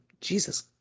Jesus